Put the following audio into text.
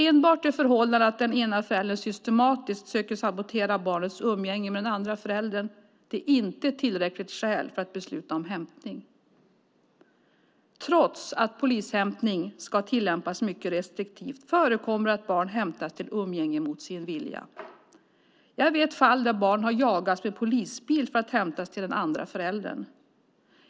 Enbart det förhållandet att den ena föräldern systematiskt försöker sabotera barnets umgänge med den andra föräldern är inte ett tillräckligt skäl för att besluta om hämtning. Trots att polishämtning ska tillämpas mycket restriktivt förekommer det att barn hämtas till umgänge mot sin vilja. Jag vet fall där barn har jagats med polisbil för att hämtas till den andra föräldern.